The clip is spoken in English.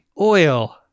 Oil